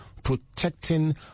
protecting